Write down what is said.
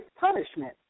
punishment